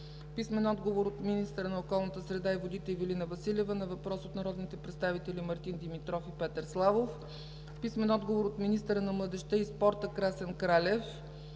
Петър Славов; - министъра на околната среда и водите Ивелина Василева на въпрос от народните представители Мартин Димитров и Петър Славов; - министъра на младежта и спорта Красен Кралев